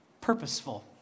purposeful